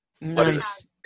Nice